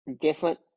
different